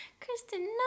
Kristen